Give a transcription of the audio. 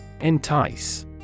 Entice